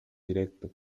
directo